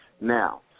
Now